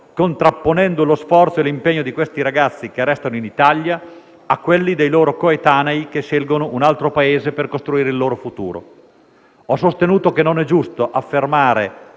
contrapponendo lo sforzo e l'impegno di questi ragazzi che restano in Italia a quelli dei loro coetanei che scelgono un altro Paese per costruire il loro futuro. Ho sostenuto che non è giusto affermare